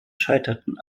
scheiterten